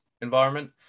environment